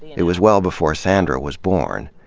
it was well before sandra was born,